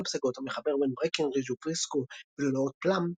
הפסגות המחבר בין ברקנרידג' ופריסקו ולולאות פלאם,